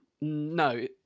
No